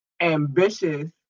ambitious